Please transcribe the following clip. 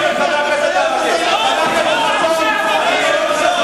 (חבר הכנסת מוחמד ברכה יוצא מאולם המליאה.) חבר הכנסת